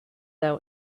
our